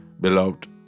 Beloved